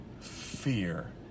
fear